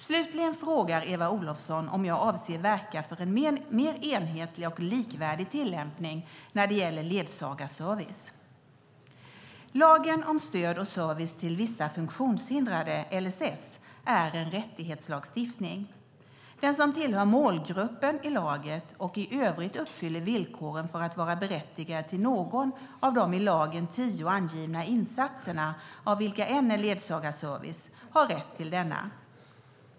Slutligen frågar Eva Olofsson om jag avser att verka för en mer enhetlig och likvärdig tillämpning när det gäller ledsagarservice. Lagen om stöd och service till vissa funktionshindrade, LSS, är en rättighetslagstiftning. Den som tillhör målgruppen i lagen och i övrigt uppfyller villkoren för att vara berättigad till någon av de i lagen tio angivna insatserna, av vilka en är ledsagarservice, har rätt till denna.